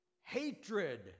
hatred